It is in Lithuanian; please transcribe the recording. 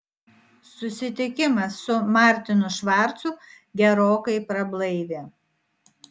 susitikimas su martinu švarcu gerokai prablaivė